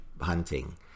hunting